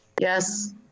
Yes